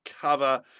cover